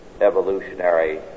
evolutionary